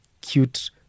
cute